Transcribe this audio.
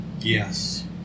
Yes